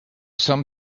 some